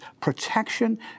protection